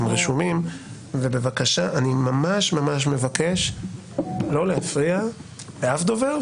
אני ממש-ממש מבקש לא להפריע לשום דובר,